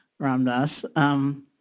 Ramdas